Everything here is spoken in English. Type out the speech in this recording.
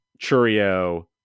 Churio